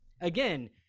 Again